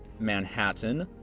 manhattan,